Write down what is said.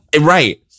Right